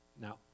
Now